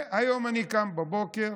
היום אני קם בבוקר